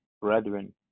brethren